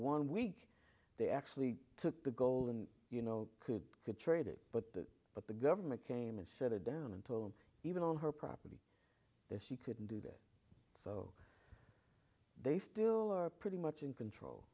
one week they actually took the gold and you know could could trade it but but the government came and set it down and told them even on her property she couldn't do that so they still are pretty much in control